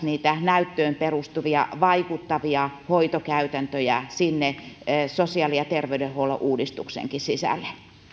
niitä näyttöön perustuvia vaikuttavia hoitokäytäntöjä sinne sosiaali ja terveydenhuollon uudistuksenkin sisälle